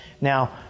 Now